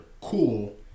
cool